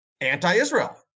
anti-Israel